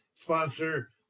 sponsor